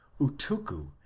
Utuku